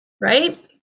right